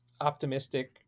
optimistic